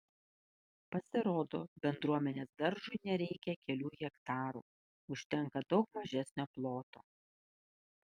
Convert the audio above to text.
pasirodo bendruomenės daržui nereikia kelių hektarų užtenka daug mažesnio ploto